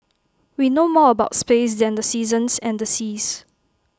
we know more about space than the seasons and the seas